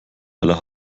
aller